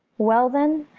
well then,